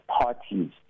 parties